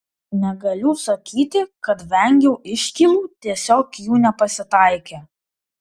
negaliu sakyti kad vengiau iškylų tiesiog jų nepasitaikė